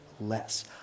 less